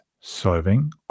solving